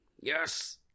Yes